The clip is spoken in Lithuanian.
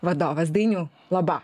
vadovas dainiau laba